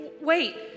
Wait